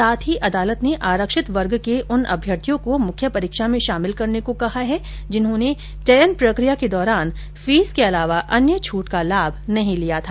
साथ ही अदालत ने आरक्षित वर्ग के उन अभ्यर्थियों को मुख्य परीक्षा में शामिल करने को कहा है जिन्होंने चयन प्रक्रिया के दौरान फीस के अलावा अन्य छूट का लाभ नहीं लिया था